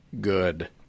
good